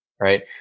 Right